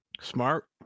smart